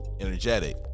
energetic